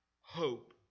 hope